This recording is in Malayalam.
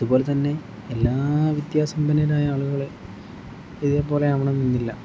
അതുപോലെ തന്നെ എല്ലാ വിദ്യാസമ്പന്നരായ ആളുകളെ ഇതേപോലെ ആകണം എന്നില്ല